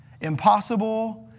impossible